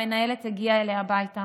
המנהלת הגיעה אליה הביתה